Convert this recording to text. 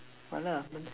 Mala